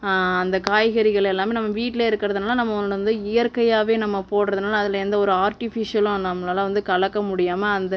அந்த காய்கறிகள் எல்லாமே நம்ப வீட்லருக்குறதுனால் நம்ம வந்து இயற்கையாகவே நம்ம போடுவதுனால அதில் எந்தவொரு ஆர்ட்டிஃபீஷியலும் நம்பளால வந்து கலக்க முடியாமல் அந்த